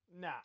Nah